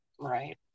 Right